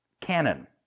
canon